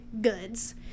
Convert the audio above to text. goods